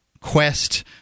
quest